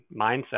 mindset